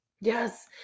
Yes